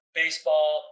baseball